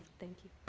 thank you